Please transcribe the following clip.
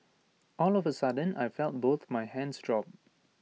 all of A sudden I felt both my hands drop